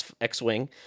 X-Wing